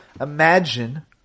imagine